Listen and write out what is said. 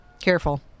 careful